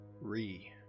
Re